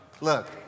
Look